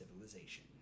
civilization